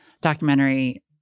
documentary